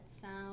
sound